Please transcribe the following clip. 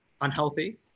unhealthy